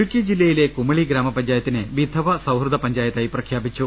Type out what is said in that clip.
ഇടുക്കി ജില്ലയിലെ കുമളി ഗ്രാമപഞ്ചായത്തിനെ വിധവ സൌഹൃദ പഞ്ചായത്തായി പ്രഖ്യാപിച്ചു